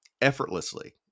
effortlessly